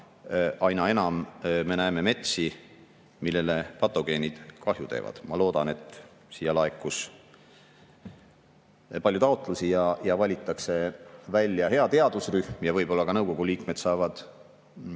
aina enam metsi, millele patogeenid kahju tekitavad. Ma loodan, et siia laekus palju taotlusi ja valitakse välja hea teadusrühm ja võib-olla ka nõukogu liikmed saavad leida